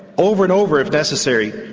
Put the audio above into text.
over and over if necessary,